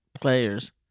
players